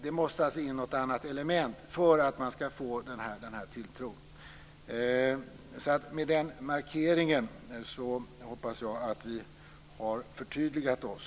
Det måste alltså in något annat element för att man ska få den här tilltron. Med den markeringen hoppas jag att vi har förtydligat oss.